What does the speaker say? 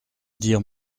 dire